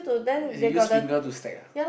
as in use finger to stack ah